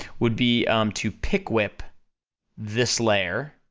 would be to pick whip this layer,